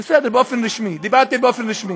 בסדר, דיברתי באופן רשמי.